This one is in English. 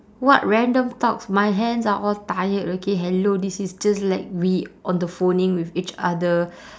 what random talks my hands are all tired okay hello this is just like we on the phoning with each other